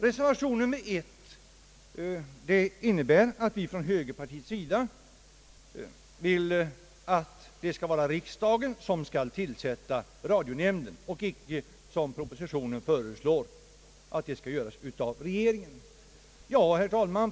Reservation 1 innebär att vi från högerpartiets sida vill att riksdagen skall tillsätta radionämnden och icke som propositionen föreslår regeringen.